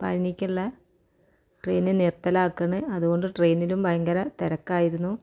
പഴനിക്കുള്ള train നിർത്തലാക്കണ് അതുകൊണ്ട് ട്രെയിനിലും ഭയങ്കര തിരക്കായിരുന്നു